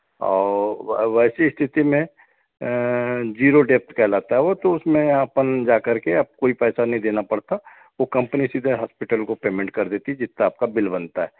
और वैसी स्थिति में ज़ीरो डेप्थ का कहलाता है वो तो उसमें अपन जा करके कोई पैसा नहीं देना पड़ता वो कंपनी सीधा हॉस्पिटल को पेमेंट कर देती है जितना आपका बिल बनता है